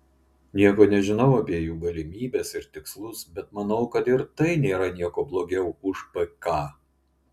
nieko nežinau apie jų galimybes ir tikslus bet manau kad ir tai nėra niekuo blogiau už pk